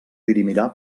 dirimirà